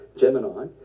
Gemini